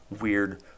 weird